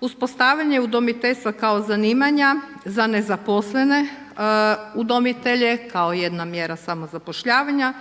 uspostavljanje udomiteljstva kao zanimanja za nezaposlene udomitelje kao jedna mjera samozapošljavanja,